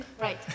Right